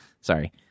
Sorry